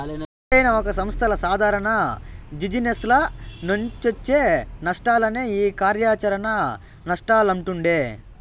ఏదైనా ఒక సంస్థల సాదారణ జిజినెస్ల నుంచొచ్చే నష్టాలనే ఈ కార్యాచరణ నష్టాలంటుండె